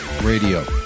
Radio